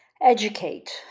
educate